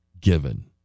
given